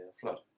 flood